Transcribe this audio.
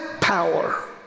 power